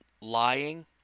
lying